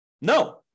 No